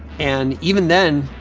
and even then,